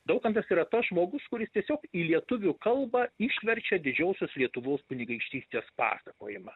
daukantas yra tas žmogus kuris tiesiog į lietuvių kalbą išverčia didžiosios lietuvos kunigaikštystės pasakojimą